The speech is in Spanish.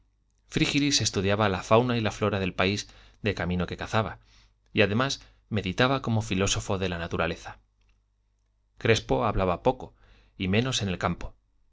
frígilis estudiaba la fauna y la flora del país de camino que cazaba y además meditaba como filósofo de la naturaleza crespo hablaba poco y menos en el campo